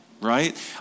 right